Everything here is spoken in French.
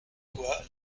quoi